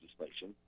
legislation